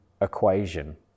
equation